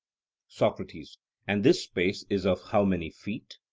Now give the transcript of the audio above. socrates and this space is of how many feet?